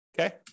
okay